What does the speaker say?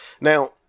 Now